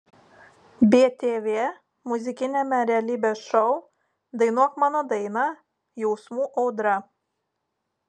btv muzikiniame realybės šou dainuok mano dainą jausmų audra